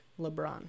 LeBron